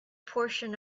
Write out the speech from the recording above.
portion